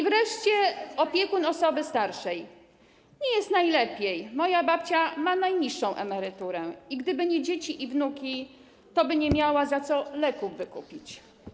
Wreszcie opiekun osoby starszej: Nie jest najlepiej, moja babcia ma najniższą emeryturę i gdyby nie dzieci i wnuki, toby nie miała za co leków wykupić.